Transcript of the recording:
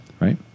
right